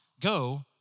go